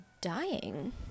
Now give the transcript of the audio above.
dying